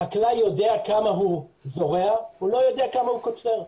החקלאי יודע כמה הוא זורע אבל הוא לא יודע כמה הוא קוצר.